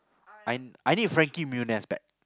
I I need a Frankie-Muniz back